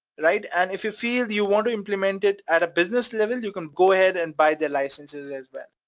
right? and if you feel you want to implement it at a business level, you can go ahead and buy the licenses as well,